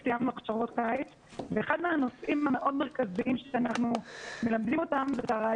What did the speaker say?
אחד מהמודלים שאנחנו עובדים בהם זה מודל